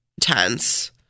tense